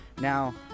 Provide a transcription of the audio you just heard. Now